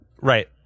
Right